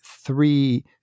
three